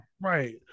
Right